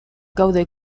gaude